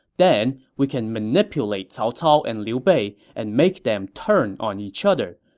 then, we can manipulate cao cao and liu bei and make them turn on each other,